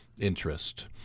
interest